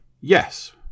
yes